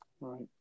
Right